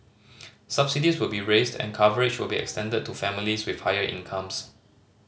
subsidies will be raised and coverage will be extended to families with higher incomes